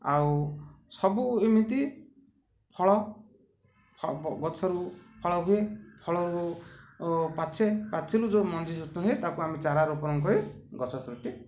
ଆଉ ସବୁ ଏମିତି ଫଳ ଗଛରୁ ଫଳ ହୁଏ ଫଳରୁ ପାଚେ ପାଚିଲୁ ଯେଉଁ ମଞ୍ଜି ହୁଏ ତା'କୁ ଆମେ ଚାରା ରୋପଣ କରି ଗଛ ସୃଷ୍ଟି କରୁ